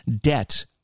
debt